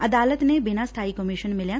ਅਦਾਲਤ ਨੇ ਬਿਨਾਂ ਸਬਾਈ ਕਮਿਸ਼ਨ ਮਿਲਿਆ